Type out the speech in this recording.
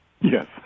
Yes